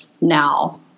now